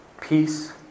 peace